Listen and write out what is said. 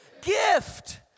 gift